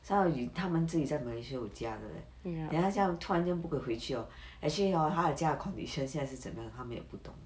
some of you 他们自己在 malaysia 有家的 leh then 他这样突然间不可回去 hor actually hor 他家的 condition 是这么样他们也不懂